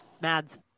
Mads